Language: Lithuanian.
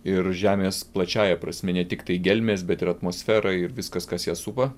ir žemės plačiąja prasme ne tiktai gelmės bet ir atmosfera ir viskas kas ją supa